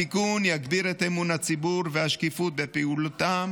התיקון יגביר את אמון הציבור והשקיפות בפעילותם